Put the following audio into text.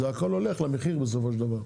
זה הכל הולך למחיר בסופו של דבר.